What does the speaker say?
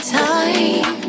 time